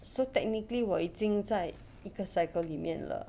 so technically 我已经在一个 cycle 里面了